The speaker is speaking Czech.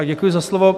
Děkuji za slovo.